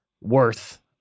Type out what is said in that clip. worth